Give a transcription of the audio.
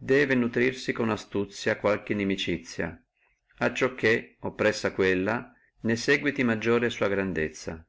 nutrirsi con astuzia qualche inimicizia acciò che oppresso quella ne seguiti maggiore sua grandezza